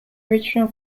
original